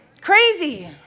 Crazy